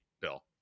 Bill